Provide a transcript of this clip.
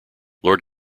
lord